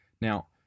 Now